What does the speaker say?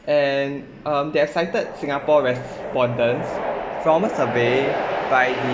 and um they've cited singapore respondents from a survey by